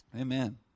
Amen